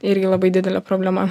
irgi labai didelė problema